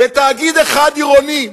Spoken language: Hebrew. ותאגיד אחד עירוני,